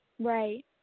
Right